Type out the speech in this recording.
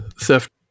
theft